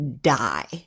die